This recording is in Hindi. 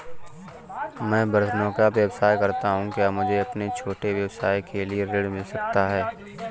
मैं बर्तनों का व्यवसाय करता हूँ क्या मुझे अपने छोटे व्यवसाय के लिए ऋण मिल सकता है?